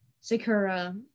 Sakura